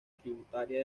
tributaria